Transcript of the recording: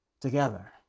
together